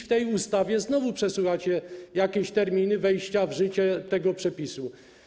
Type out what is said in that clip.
W tej ustawie znowu przesuwacie terminy wejścia w życie tego przepisu.